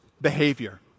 behavior